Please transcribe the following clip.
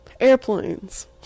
Airplanes